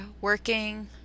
working